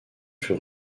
furent